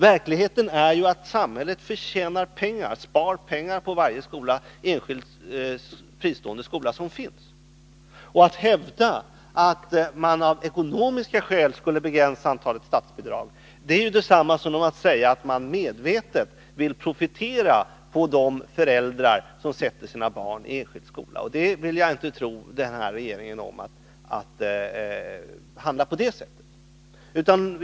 Verkligheten är ju att samhället spar pengar på varje fristående skola som finns. Att hävda att man av ekonomiska skäl skulle begränsa antalet statsbidrag är detsamma som att säga att man medvetet vill profitera på de föräldrar som vill sätta sina barn i enskild skola. Jag tror inte att den här regeringen vill handla på det sättet.